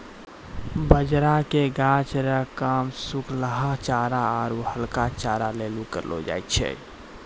बाजरा के गाछ रो काम सुखलहा चारा आरु हरका चारा लेली करलौ जाय छै